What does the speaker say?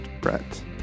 Brett